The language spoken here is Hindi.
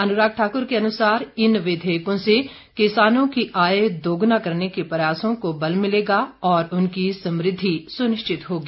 अनुराग ठाकुर के अनुसार इन विधेयकों से किसानों की आय दोगुना करने के प्रयासों को बल मिलेगा और उनकी समृद्धि सुनिश्चित होगी